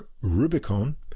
Rubicon